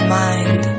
mind